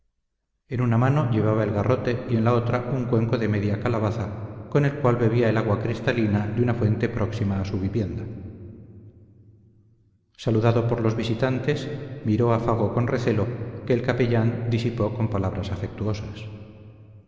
en una mano llevaba el garrote y en la otra un cuenco de media calabaza con el cual bebía el agua cristalina de una fuente próxima a su vivienda saludado por los visitantes miré a fago con recelo que el capellán disipó con palabras afectuosas